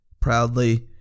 proudly